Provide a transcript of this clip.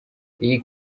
iyi